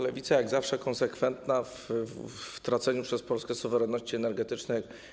Lewica jak zawsze konsekwentna w traceniu przez Polskę suwerenności energetycznej.